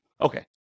okay